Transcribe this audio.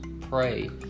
Pray